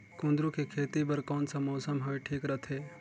कुंदूरु के खेती बर कौन सा मौसम हवे ठीक रथे?